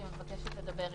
והיא מבקשת לדבר,